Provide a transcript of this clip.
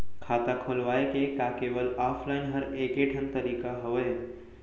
खाता खोलवाय के का केवल ऑफलाइन हर ऐकेठन तरीका हवय?